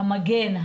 המגן,